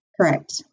Correct